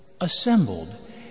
Assembled